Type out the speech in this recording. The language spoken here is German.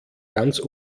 ganz